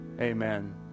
Amen